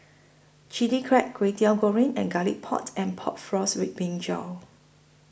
Chili Crab Kwetiau Goreng and Garlic Port and Pork Floss with Brinjal